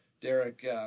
Derek